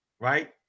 right